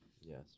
Yes